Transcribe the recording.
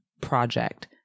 project